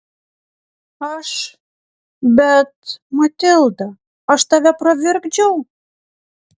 aš bet matilda aš tave pravirkdžiau